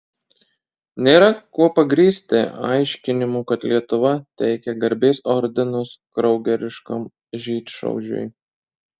nėra kuo pagrįsti aiškinimų kad lietuva teikia garbės ordinus kraugeriškam žydšaudžiui